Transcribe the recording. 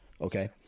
Okay